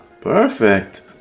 perfect